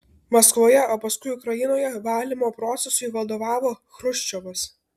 maskvoje o paskui ukrainoje valymo procesui vadovavo chruščiovas